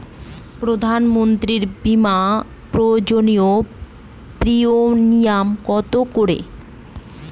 প্রধানমন্ত্রী বিমা যোজনা প্রিমিয়াম কত করে?